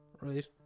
right